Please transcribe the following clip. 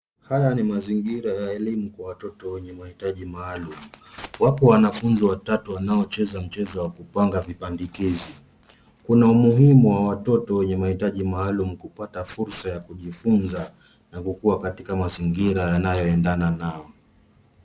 Haya ni mazingira ya elimu kwa watoto wenye mahitaji maalum. Wapo wanafunzi watatu wanaocheza mchezo wa kupanga vipandikizi. Kuna umuhimu wa watoto wenye mahitaji maalum kupata fursa ya kujifunza na kukua katika mazingira yanayoendana nao.